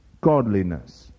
godliness